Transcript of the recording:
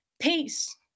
Peace